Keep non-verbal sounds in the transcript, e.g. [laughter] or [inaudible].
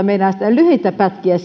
lyhyitäkin pätkiä [unintelligible]